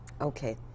Okay